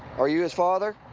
are you his father?